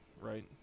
right